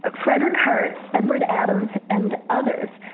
ah frederick hartt, edward adams, and others,